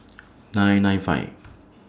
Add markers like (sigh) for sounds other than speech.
(noise) nine nine five